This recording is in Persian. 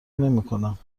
نمیکنم